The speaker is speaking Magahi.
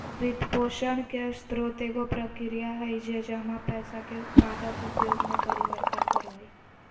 वित्तपोषण के स्रोत एगो प्रक्रिया हइ जे जमा पैसा के उत्पादक उपयोग में परिवर्तन करो हइ